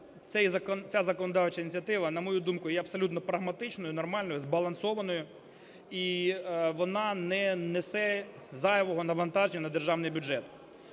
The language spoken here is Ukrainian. Ця законодавча ініціатива, на мою думку, є абсолютно прагматичною, нормальною, збалансованою, і вона не несе зайвого навантаження на державний бюджет.